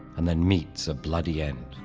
and then meets a bloody end.